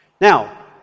Now